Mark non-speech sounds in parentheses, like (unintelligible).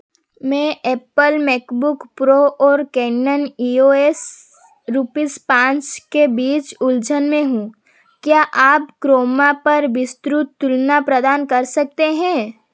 मे Apple MacBook Pro और Canon EOS (unintelligible) पाँच के बीच उलझन में हूँ क्या आप क्रोमा पर विस्तृत तुलना प्रदान कर सकते हें